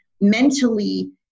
mentally